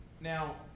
Now